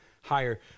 higher